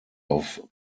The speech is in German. auf